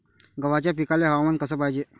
गव्हाच्या पिकाले हवामान कस पायजे?